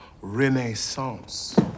renaissance